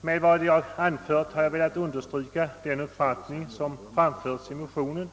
Med vad jag anfört har jag velat understryka den uppfattning vi framfört i motionen.